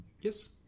Yes